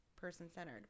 person-centered